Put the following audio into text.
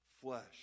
flesh